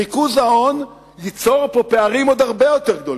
ריכוז ההון ייצור פערים עוד הרבה יותר גדולים.